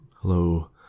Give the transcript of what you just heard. Hello